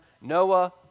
Noah